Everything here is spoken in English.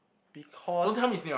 because